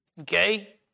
Okay